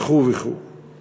וכו' וכו'.